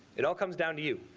it all comes down to you